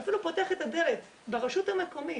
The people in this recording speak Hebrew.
אפילו פותח את הדלת ברשות המקומית,